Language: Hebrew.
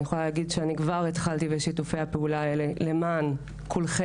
ואני יכולה להגיד שאני כבר התחלתי בשיתופי הפעולה האלה למען כולכם,